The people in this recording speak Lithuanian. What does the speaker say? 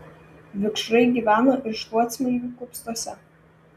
vikšrai gyvena ir šluotsmilgių kupstuose